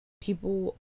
people